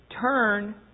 turn